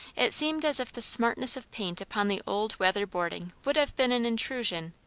it seemed as if the smartness of paint upon the old weather-boarding would have been an intrusion,